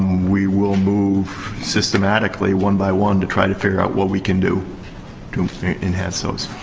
we will move systematically, one by one, to try to figure out what we can do to enhance those.